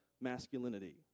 masculinity